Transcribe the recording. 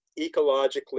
ecologically